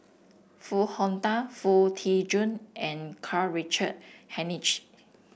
Foo Hong Tatt Foo Tee Jun and Karl Richard Hanitsch